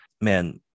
man